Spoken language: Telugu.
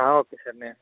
ఓకే సార్ నే